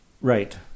Right